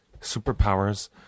superpowers